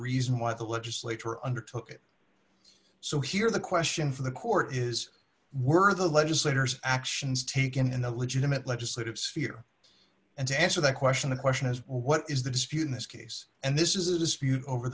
reason why the legislature undertook so here the question for the court is were the legislators actions taken in the legitimate legislative sphere and to answer that question the question is what is the dispute in this case and this is a dispute over